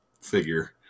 figure